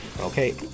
Okay